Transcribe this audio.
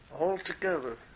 Altogether